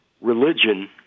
religion